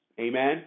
Amen